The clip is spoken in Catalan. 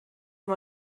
amb